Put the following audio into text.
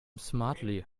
smartly